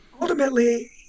Ultimately